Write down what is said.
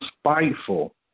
spiteful